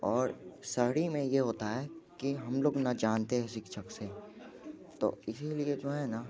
और शहरी में ये होता है कि हम लोग ना जानते हैं शिक्षक से तो इसीलिए जो हैना